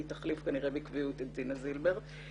היא תחליף כנראה בקביעות את דינה זילבר.